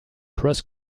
cross